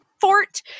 fort